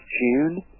June